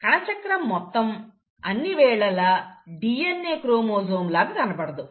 కణచక్రం మొత్తం అన్ని వేళలా DNA క్రోమోజోమ్ లాగా కనబడదు